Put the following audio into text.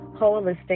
holistic